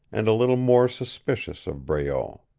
and a little more suspicious of breault.